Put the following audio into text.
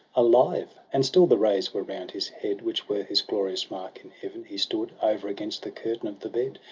alive and still the rays were round his head which were his glorious mark in heaven he stood over against the curtain of the bed,